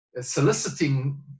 soliciting